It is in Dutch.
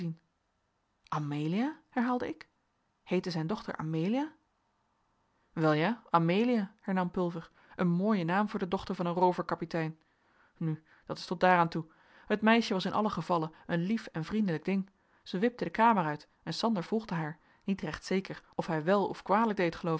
amelia herhaalde ik heette zijn dochter amelia wel ja amelia hernam pulver een mooie naam voor de dochter van een rooverkapitein nu dat is tot daar aan toe het meisje was in allen gevalle een lief en vriendelijk ding zij wipte de kamer uit en sander volgde haar niet recht zeker of hij wel of kwalijk deed